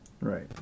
Right